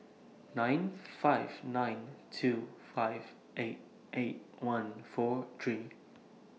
nine five nine two five eight eight one four three